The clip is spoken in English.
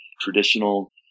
traditional